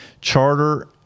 charter